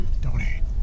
Donate